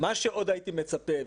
מה שעוד הייתי מצפה,